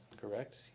correct